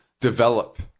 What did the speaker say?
develop